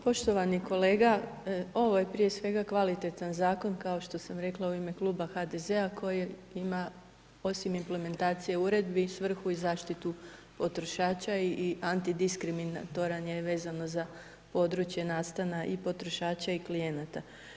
Poštovani kolega, ovo je prije svega kvalitetan zakon, kao što sam rekla u ime Kluba HDZ-a koji ima osim implementacije Uredbi i svrhu i zaštitu potrošača i antidiskriminatoran je vezano za područje nastana i potrošača i klijenata.